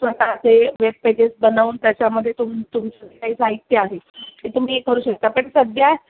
स्वतःचे वेबपेजेस बनवून त्याच्यामध्ये तुम तुमचं जे काही साहित्य आहे ते तुम्ही हे करू शकता पण सध्या